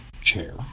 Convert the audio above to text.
chair